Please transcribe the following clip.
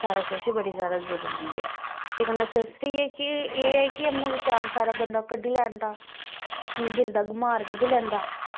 सारा किश बड़ी जादा जरूरी ऐ एह् नेसेसरी ऐ कि एह् अपने विचार सारा बंदा कड्ढी लैंदा दिल दा गुमार कड्ढी लैंदा